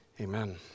Amen